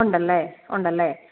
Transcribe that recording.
ഉണ്ടല്ലേ ഉണ്ടല്ലേ